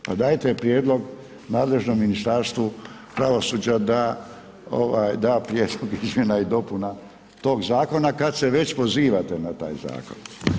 Pa dajte prijedlog nadležnom Ministarstvu pravosuđa, da da prijedlog izmjena i dopuna tog zakona, kada se već pozivate na zakon.